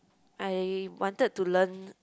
I wanted to learn